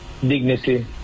dignity